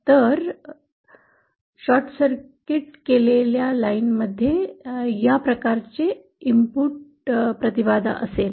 तर short circuit केलेल्या line मध्ये या प्रकारचे इनपुट बाधा असेल